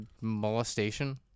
Molestation